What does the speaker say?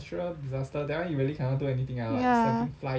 ya